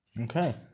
Okay